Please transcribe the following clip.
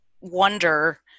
wonder